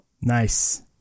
Nice